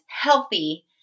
healthy